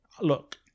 look